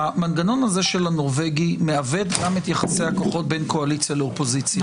המנגנון הזה של הנורבגי מעוות את יחסי הכוחות בין קואליציה לאופוזיציה.